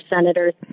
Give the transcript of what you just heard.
senators